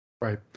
Right